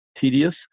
tedious